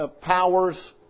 powers